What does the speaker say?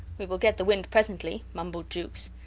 we will get the wind presently, mumbled jukes.